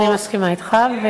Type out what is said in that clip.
אני מסכימה אתך.